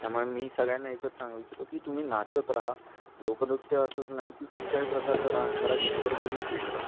त्यामुळे मी सगळ्यांना एकच सांगू इच्छितो की तुम्ही नाचत राहा लोकनृत्य असंच नाही की कुठच्याही प्रकारचा डान्स करा जेणेकरून तुम्ही फिट राहाल